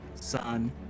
sun